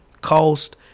cost